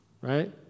right